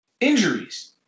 injuries